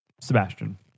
Sebastian